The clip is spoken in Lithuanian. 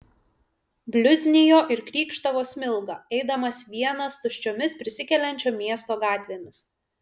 bliuznijo ir krykštavo smilga eidamas vienas tuščiomis prisikeliančio miesto gatvėmis